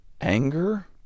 anger